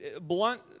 blunt